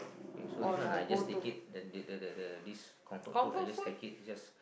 okay so this one I just take it the the the the the this comfort food I just take it it just